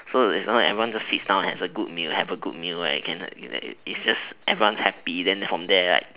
so as long as everyone sits down and have a good meal have a good meal right and everyone's happy and from there right